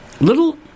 little